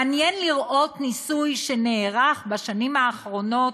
מעניין לראות ניסוי שנערך בשנים האחרונות